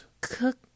cook